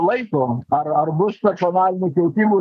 laiko ar ar bus nacionalinių keitimų